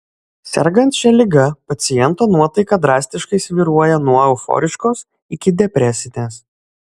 sergant šia liga paciento nuotaika drastiškai svyruoja nuo euforiškos iki depresinės